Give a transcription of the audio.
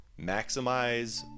maximize